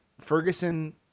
Ferguson